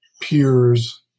peers